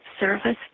service